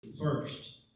first